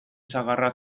sagarra